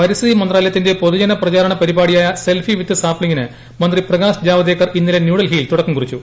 പരിസ്ഥിതി മന്ത്രാലയത്തിന്റെ പൊതുജന പ്രചാരണ പരിപാടിയായ സെൽഫി വിത്ത സാപ്ലിങ്ങിന് മന്ത്രി പ്രകാശ് ജാവ്ദേക്കർ ഇന്നലെ ന്യൂഡൽഹിയിൽ തുടക്കം കുറിച്ചു